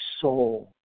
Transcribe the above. soul